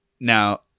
now